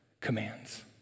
commands